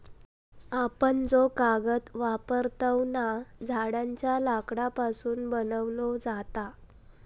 आपण जो कागद वापरतव ना, झाडांच्या लाकडापासून बनवलो जाता